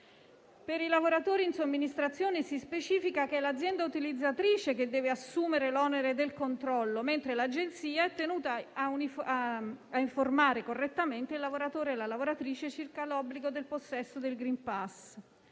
per i lavoratori in somministrazione si specifica che è l'azienda utilizzatrice che deve assumere l'onere del controllo, mentre l'agenzia è tenuta a informare correttamente il lavoratore e la lavoratrice circa l'obbligo del possesso del *green* *pass*.